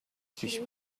биш